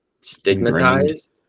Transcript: stigmatized